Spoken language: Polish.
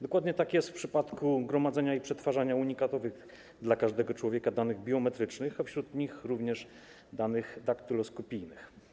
Dokładnie tak jest w przypadku gromadzenia i przetwarzania unikatowych dla każdego człowieka danych biometrycznych, a wśród nich również danych daktyloskopijnych.